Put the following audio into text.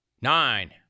Nine